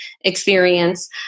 experience